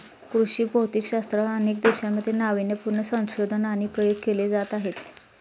कृषी भौतिकशास्त्रावर अनेक देशांमध्ये नावीन्यपूर्ण संशोधन आणि प्रयोग केले जात आहेत